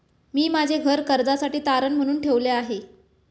मी माझे घर कर्जासाठी तारण म्हणून ठेवले आहे